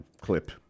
clip